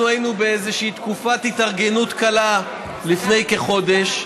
אנחנו היינו באיזושהי תקופת התארגנות קלה לפני כחודש.